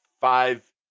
five